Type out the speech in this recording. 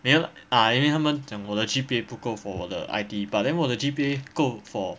没有 ah 因为他们讲我的 G_P_A 不够 for 我的 I_T_E but then 我的 G_P_A 够 for